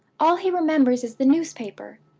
all he remembers is the newspaper.